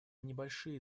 небольшие